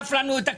טרף את הקלפים.